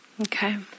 Okay